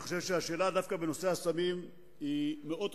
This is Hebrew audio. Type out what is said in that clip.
אני חושב שדווקא השאלה בנושא הסמים היא מאוד חשובה,